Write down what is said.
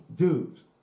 Dudes